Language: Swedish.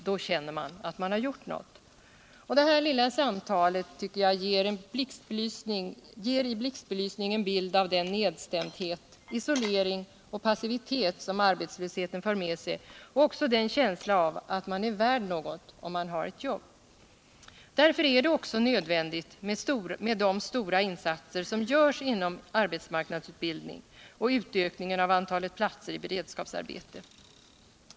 Då känner man att man gjort något.” Det här lilla samtalet ger i blixtbelysning en bild av den nedstämdhet, isolering och passivitet som arbetslösheten för med sig och också av känslan av att man är värd något, om man har ett jobb. Därför är det också nödvändigt med de stora insatser som görs inom arbetsmarknadsutbildning och utökningen av antalet platser i beredskapsarbete.